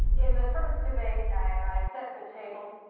in the first debate, i set the table.